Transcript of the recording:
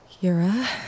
Yura